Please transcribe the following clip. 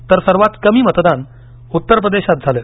तर सर्वात कमी मतदान उत्तर प्रदेशात झालं